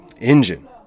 engine